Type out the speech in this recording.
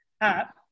app